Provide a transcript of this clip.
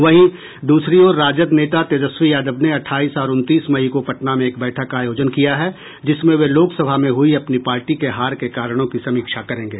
वहीं दूसरी ओर राजद नेता तेजस्वी यादव ने अठाईस और उनतीस मई को पटना में एक बैठक का आयोजन किया है जिसमें वे लोकसभा में हुयी अपनी पार्टी के हार के कारणों की समीक्षा करेंगे